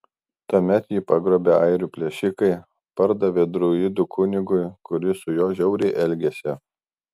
tuomet jį pagrobę airių plėšikai pardavė druidų kunigui kuris su juo žiauriai elgėsi